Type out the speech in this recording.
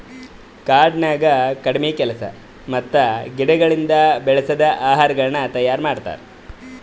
ಕಾಡನ್ಯಾಗ ಕಡಿಮಿ ಕೆಲಸ ಮತ್ತ ಗಿಡಗೊಳಿಂದ್ ಬೆಳಸದ್ ಆಹಾರಗೊಳ್ ತೈಯಾರ್ ಮಾಡ್ತಾರ್